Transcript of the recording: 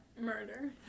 Murder